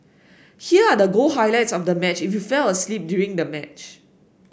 here are the goal highlights of the match if you fell asleep during the match